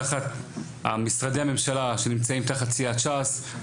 תחת משרדי הממשלה שנמצאים תחת סיעת ש"ס,